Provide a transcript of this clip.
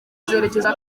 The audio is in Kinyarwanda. zerekeza